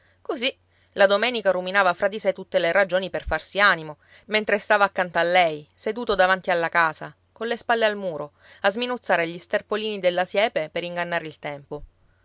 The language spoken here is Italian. così la domenica ruminava fra di sé tutte le ragioni per farsi animo mentre stava accanto a lei seduto davanti alla casa colle spalle al muro a sminuzzare gli sterpolini della siepe per ingannare il tempo